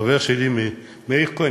שחבר שלי מאיר כהן,